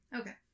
Okay